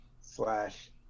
slash